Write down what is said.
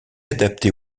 adapté